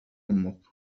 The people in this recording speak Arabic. أمك